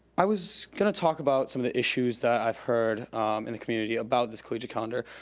i was gonna talk about some of the issues that i've heard in the community about this collegiate calendar.